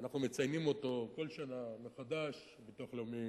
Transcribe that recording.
אנחנו מציינים אותו כל שנה מחדש, הביטוח הלאומי